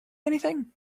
anything